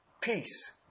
peace